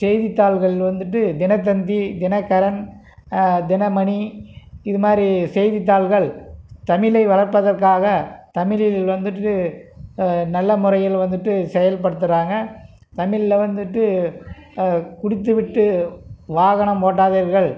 செய்தித்தாள்கள் வந்துட்டு தினத்தந்தி தினக்கரன் தினமணி இது மாதிரி செய்தித்தாள்கள் தமிழை வளர்ப்பதற்காக தமிழில் வந்துட்டு நல்லமுறையில் வந்துட்டு செயல்படுத்துகிறாங்க தமிழில் வந்துட்டு குடித்துவிட்டு வாகனம் ஓட்டாதீர்கள்